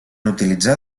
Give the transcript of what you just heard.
utilitzar